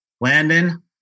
Landon